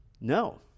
No